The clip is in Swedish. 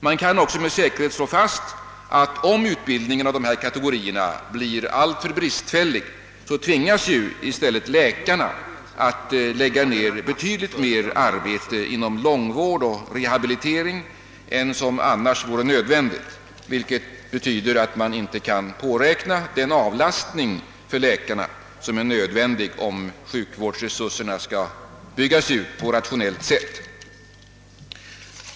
Man kan med säkerhet slå fast att, om utbildningen av dessa kategorier blir alltför bristfällig, läkarna i stället tvingas lägga ned betydligt mer arbete inom långtidsvård och rehabilitering än som annars vore nödvändigt. Därigenom kan inte påräknas den avlastning för läkarna som är nödvändig, om sjukvårdsresurserna skall byggas ut på rationellt sätt.